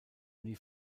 nie